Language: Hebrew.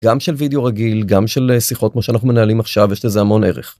גם של וידאו רגיל גם של שיחות כמו שאנחנו מנהלים עכשיו יש לזה המון ערך.